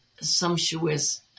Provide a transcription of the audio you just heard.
sumptuous